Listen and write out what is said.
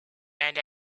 and